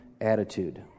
attitude